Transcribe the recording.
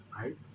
right